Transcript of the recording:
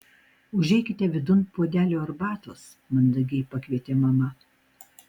užeikite vidun puodelio arbatos mandagiai pakvietė mama